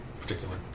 particular